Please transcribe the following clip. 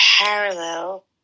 parallel